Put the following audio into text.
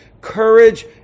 courage